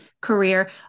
career